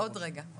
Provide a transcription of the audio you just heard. עוד רגע.